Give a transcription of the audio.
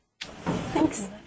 Thanks